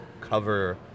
cover